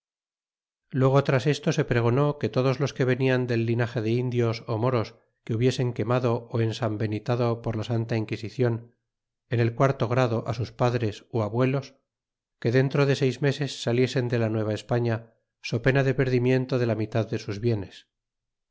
luego tras esto se pregonó que todos los que venian del iinage de indios á moros que hubiesen quemado ó c nsanbenitado por la santa inquisicion en el quarto grado á sus padres ti aguelos que dentro de seis meses saliesen deja n ueva españa so pena de p erdirniento de la mitad de sus bienes